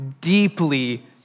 deeply